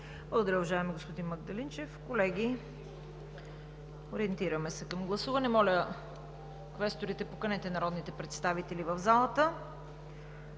Благодаря, уважаеми господин Магдалинчев. Колеги, ориентираме се към гласуване. Моля, квесторите, поканете народните представители в залата.